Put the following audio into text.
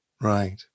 right